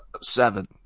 Seven